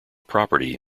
property